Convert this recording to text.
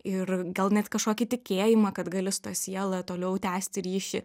ir gal net kažkokį tikėjimą kad gali su ta siela toliau tęsti ryšį